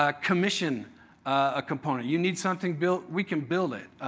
ah commission a component. you need something built, we can build it.